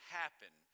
happen